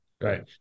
Right